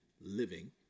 living